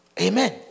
Amen